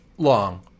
long